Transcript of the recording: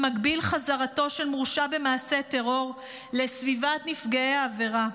שמגביל את חזרתו של מורשע במעשה טרור לסביבת נפגעי עבירה,